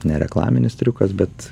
ne reklaminis triukas bet